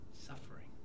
suffering